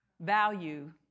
value